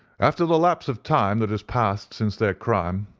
after the lapse of time that has passed since their crime,